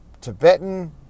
Tibetan